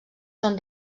són